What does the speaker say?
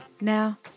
Now